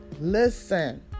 listen